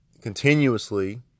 continuously